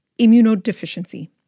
immunodeficiency